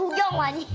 kyungwan,